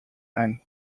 and